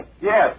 Yes